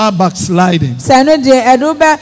backsliding